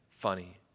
funny